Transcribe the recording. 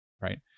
Right